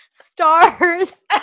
Stars